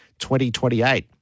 2028